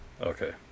Okay